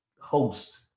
host